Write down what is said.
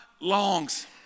longs